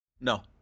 No